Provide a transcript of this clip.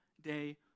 day